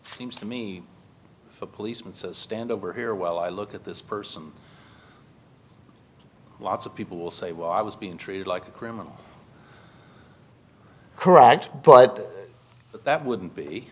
seems to me a policeman stand over here well i look at this person lots of people will say well i was being treated like a criminal correct but that wouldn't be